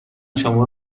شما